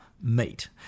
meet